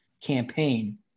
campaign